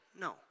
No